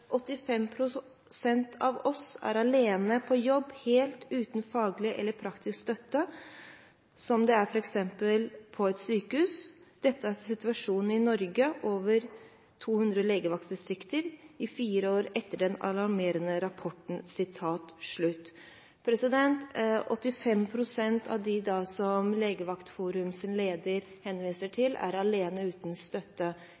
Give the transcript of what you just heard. prosent av oss er alene på jobb helt uten faglig eller praktisk støtte som det for eksempel er på sykehus. Dette er situasjonen i Norges over 200 legevaktsdistrikt fire år etter den alarmerende rapporten.» 85 pst. av dem som Norsk Legevaktforums leder henviser til, er alene uten støtte.